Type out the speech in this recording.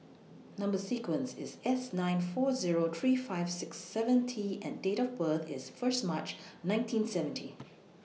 Number sequence IS S nine four Zero three five six seven T and Date of birth IS First March nineteen seventy